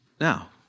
Now